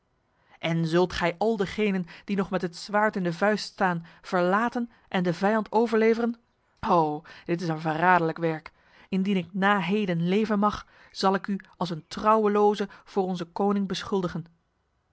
en zult gij al degenen die nog met het zwaard in de vuist staan verlaten en de vijand overleveren ho dit is een verraderlijk werk indien ik na heden leven mag zal ik u als een trouweloze voor onze koning beschuldigen